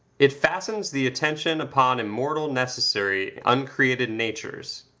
it fastens the attention upon immortal necessary uncreated natures,